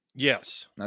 Yes